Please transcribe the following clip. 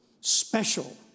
special